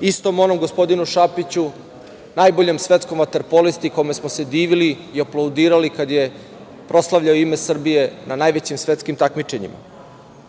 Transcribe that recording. Istom onom gospodinu Šapiću najboljem svetskom vaterpolisti kome smo se divili i aplaudirali kada je proslavljao ime Srbije na najvećim svetskim takmičenjima. Moram